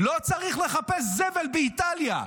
לא צריך לחפש זבל באיטליה,